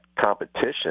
competition